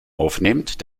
aufnehmt